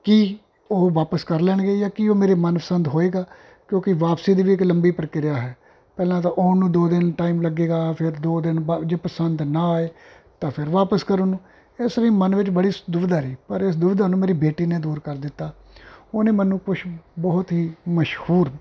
ਕੀ ਉਹ ਵਾਪਸ ਕਰ ਲੈਣਗੇ ਜਾਂ ਕੀ ਉਹ ਮੇਰੇ ਮਨ ਪਸੰਦ ਹੋਏਗਾ ਕਿਉਂਕਿ ਵਾਪਸੀ ਦੇ ਵੀ ਇੱਕ ਲੰਬੀ ਪ੍ਰਕਿਰਿਆ ਹੈ ਪਹਿਲਾਂ ਤਾਂ ਆਉਣ ਨੂੰ ਦੋ ਦਿਨ ਟਾਈਮ ਲੱਗੇਗਾ ਫਿਰ ਦੋ ਦਿਨ ਬਾਅਦ ਜੇ ਪਸੰਦ ਨਾ ਆਏ ਤਾਂ ਫਿਰ ਵਾਪਸ ਕਰਨ ਨੂੰ ਇਸ ਲਈ ਮਨ ਵਿੱਚ ਬੜੀ ਸ ਦੁਵਿਧਾ ਰਹੀ ਪਰ ਇਸ ਦੁਵਿਧਾ ਨੂੰ ਮੇਰੀ ਬੇਟੀ ਨੇ ਦੂਰ ਕਰ ਦਿੱਤਾ ਉਹਨੇ ਮੈਨੂੰ ਕੁਛ ਬਹੁਤ ਹੀ ਮਸ਼ਹੂਰ